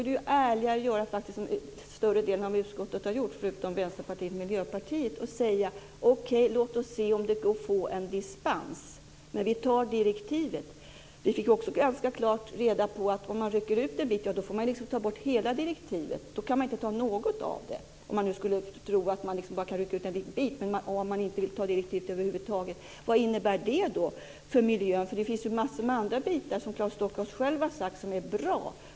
Det är ärligare att göra som större delen av utskottet har gjort, förutom Vänsterpartiet och Miljöpartiet, och säga att vi ska se om det går att få en dispens, men vi antar direktivet. Vi fick också ganska klart reda på att om man rycker ut en bit får man ta bort hela direktivet. Då kan man inte anta något av det. Man kan alltså inte bara rycka ut en liten bit. Vad innebär det för miljön om man inte antar direktivet över huvud taget? Det finns ju en massa andra bitar, som Claes Stockhaus själv har sagt, som är bra.